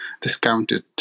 discounted